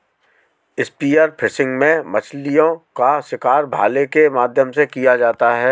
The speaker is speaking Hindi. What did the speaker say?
स्पीयर फिशिंग में मछलीओं का शिकार भाले के माध्यम से किया जाता है